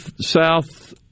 South